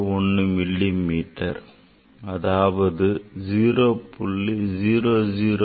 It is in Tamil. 01 மில்லிமீட்டர் அதாவது 0